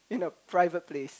in a private place